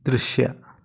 ದೃಶ್ಯ